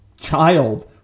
child